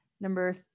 number